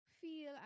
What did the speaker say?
feel